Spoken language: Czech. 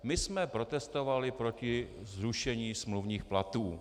My jsme protestovali proti zrušení smluvních platů.